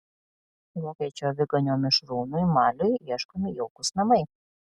vokiečių aviganio mišrūnui maliui ieškomi jaukūs namai